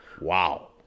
Wow